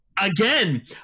Again